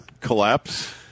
collapse